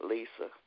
Lisa